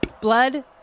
blood